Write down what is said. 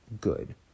good